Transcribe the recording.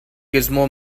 gizmo